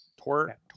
Tor